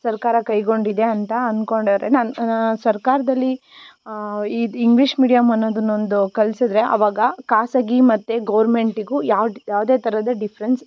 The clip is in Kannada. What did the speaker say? ಸರ್ಕಾರ ಕೈಗೊಂಡಿದೆ ಅಂತ ಅನ್ಕೊಂಡರೆ ನಾನು ನಾ ಸರ್ಕಾರದಲ್ಲಿ ಇದು ಇಂಗ್ಲೀಷ್ ಮೀಡಿಯಮ್ ಅನ್ನೋದನ್ನು ಒಂದು ಕಲ್ಸಿದ್ರೆ ಅವಾಗ ಖಾಸಗಿ ಮತ್ತು ಗೌರ್ಮೆಂಟಿಗೂ ಯಾವ್ದು ಯಾವುದೇ ಥರದ ಡಿಫ್ರೆನ್ಸ್